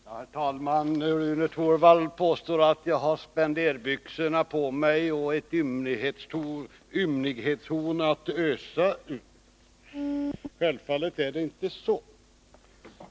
Herr talman! Rune Torwald påstår att jag har spenderbyxorna på mig och att jag har ett ymnighetshorn att ösa ur. Självfallet är det inte så.